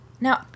Now